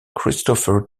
christopher